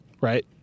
Right